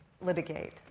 litigate